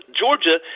Georgia